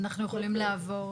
אנחנו יכולים לעבור